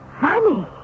Money